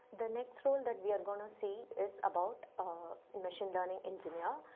the next role that we are going to see is about machine learning engineer.